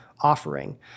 offering